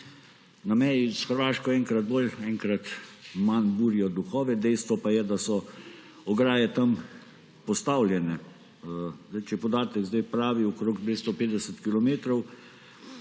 na meji s Hrvaško enkrat bolj, enkrat manj burijo duhove. Dejstvo pa je, da so ograje tam postavljene. Če je podatek sedaj pravi, okoli 250 kilometrov